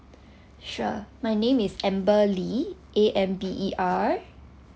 sure my name is amber lee a m b E r